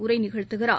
உரைநிகழ்த்துகிறார்